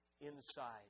inside